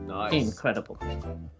Incredible